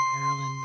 Maryland